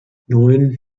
neun